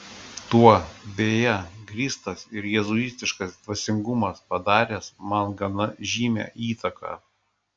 tuo beje grįstas ir jėzuitiškas dvasingumas padaręs man gana žymią įtaką